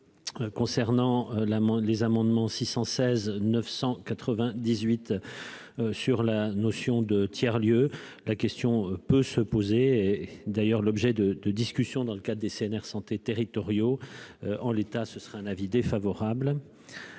l'amende, les amendements 616 998 sur la notion de tiers lieux la question peut se poser et d'ailleurs l'objet de discussions dans le cadre des CNR santé territoriaux en l'état, ce serait un avis défavorable.